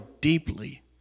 deeply